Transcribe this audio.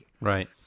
Right